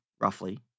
roughly